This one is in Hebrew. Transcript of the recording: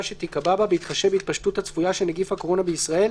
שתיקבע בה בהתחשב בהתפשטות הצפויה של נגיף הקורונה בישראל,